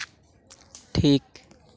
ᱴᱷᱤᱠ